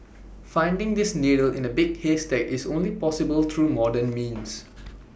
finding this needle in A big haystack is only possible through modern means